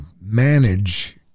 manage